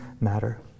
matter